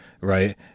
right